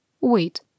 Wait